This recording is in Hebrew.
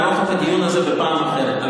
נערוך את הדיון הזה בפעם אחרת.